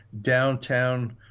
downtown